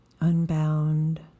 unbound